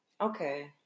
Okay